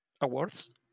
awards